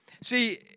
See